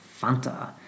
Fanta